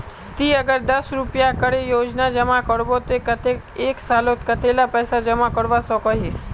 ती अगर दस रुपया करे रोजाना जमा करबो ते कतेक एक सालोत कतेला पैसा जमा करवा सकोहिस?